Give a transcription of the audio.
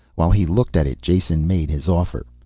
while he looked at it jason made his offer.